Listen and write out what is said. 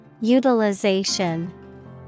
Utilization